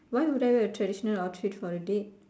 why would I wear a traditional outfit for a date